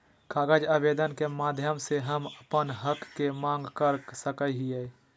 कागज आवेदन के माध्यम से हम अपन हक के मांग कर सकय हियय